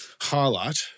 highlight